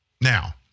Now